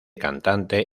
cantante